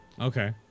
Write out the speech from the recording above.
Okay